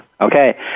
Okay